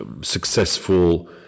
successful